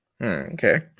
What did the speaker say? okay